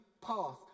path